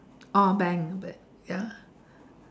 oh bank but ya